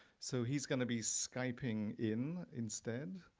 so he's gonna be skyping in instead.